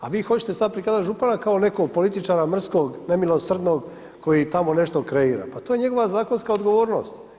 A vi hoćete sada prikazati župana kao nekog političara mrskog, nemilosrdnog, koji tamo nešto kreira, pa to je njegova zakonska odgovornost.